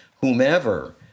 whomever